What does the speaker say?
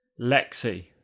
Lexi